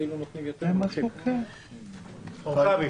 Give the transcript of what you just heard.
עורקבי,